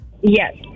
Yes